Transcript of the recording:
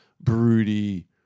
broody